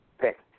pick